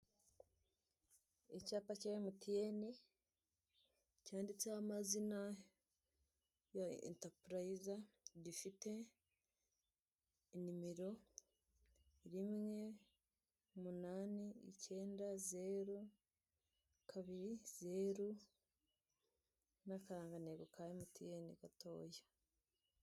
Icyapa cya emutiyeni, cyanditseho amazina ya intapurayiza, gifite inimero: rimwe, umunani, icyenda, zeru, kabiri, zeru, n'akarangantego ka emutiyeni, gatoya.